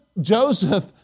Joseph